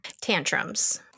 Tantrums